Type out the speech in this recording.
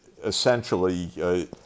essentially